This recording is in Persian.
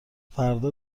فردا